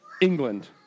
England